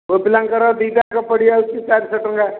ପୁଅ ପିଲାଙ୍କର ଦୁଇଟାଯାକ ପଡ଼ିଯାଉଛି ଚାରିଶ ଟଙ୍କା